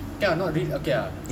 okay ah not really okay ah